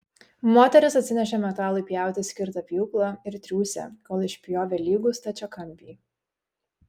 moterys atsinešė metalui pjauti skirtą pjūklą ir triūsė kol išpjovė lygų stačiakampį